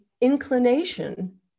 inclination